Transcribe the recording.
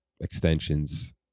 extensions